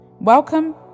Welcome